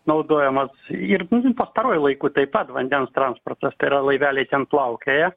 naudojamas ir pastaruoju laiku taip pat vandens transportas tai yra laiveliai ten plaukioja